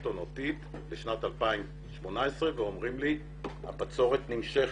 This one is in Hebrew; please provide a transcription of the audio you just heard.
עונתית לשנת 2018 ואמרו לי שהבצורת נמשכת.